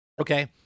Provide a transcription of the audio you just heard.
okay